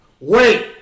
Wait